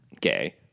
Gay